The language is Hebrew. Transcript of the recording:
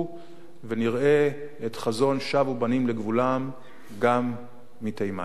ואנחנו נראה את חזון "ושבו בנים לגבולם" גם מתימן.